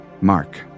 Mark